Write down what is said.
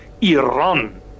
Iran